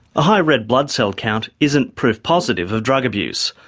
a high red blood cell count isn't proof positive of drug abuse.